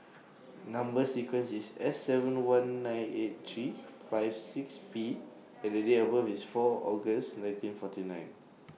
Number sequence IS S seven one nine eight three five six P and Date of birth IS four August nineteen forty nine